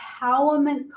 empowerment